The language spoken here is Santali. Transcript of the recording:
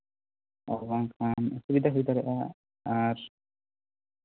ᱟᱨ ᱵᱟᱝᱠᱷᱟᱱ ᱚᱥᱩᱵᱤᱫᱷᱟ ᱦᱩᱭ ᱫᱟᱲᱮᱭᱟᱜᱼᱟ ᱟᱨ